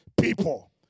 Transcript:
people